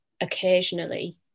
occasionally